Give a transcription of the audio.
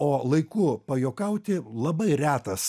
o laiku pajuokauti labai retas